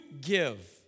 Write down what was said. give